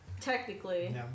Technically